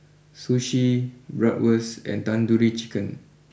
Sushi Bratwurst and Tandoori Chicken